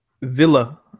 Villa